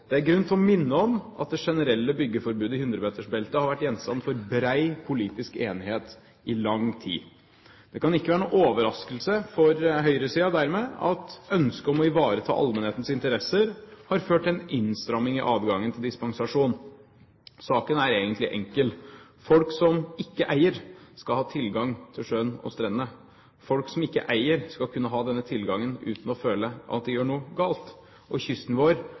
er grunn til å minne om at det generelle byggeforbudet i 100-metersbeltet har vært gjenstand for bred politisk enighet i lang tid. Det kan dermed ikke være noen overraskelse for høyresiden at ønsket om å ivareta allmennhetens interesser har ført til en innstramming i adgangen til dispensasjon. Saken er egentlig enkel. Folk som ikke eier, skal ha tilgang til sjøen og strendene. Folk som ikke eier, skal kunne ha denne tilgangen uten å føle at de gjør noe galt. Kysten vår